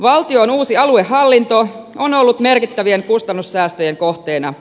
valtion uusi aluehallinto on ollut merkittävien kustannussäästöjen kohteena